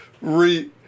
re